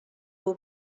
will